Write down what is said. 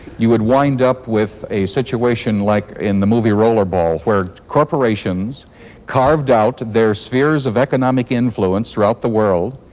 you would wind up with a situation like in the movie rollerball, where corporations carved out their spheres of economic influence throughout the world,